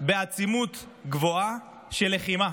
בעצימות גבוהה של לחימה.